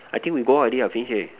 I think we go out already finish already